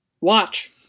Watch